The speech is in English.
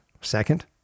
Second